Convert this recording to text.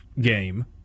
game